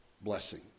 blessing